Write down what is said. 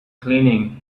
cleaning